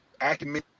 acumen